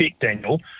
Daniel